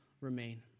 remain